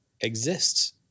exists